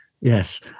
yes